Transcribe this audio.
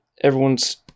everyone's